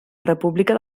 república